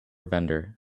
vendor